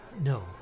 No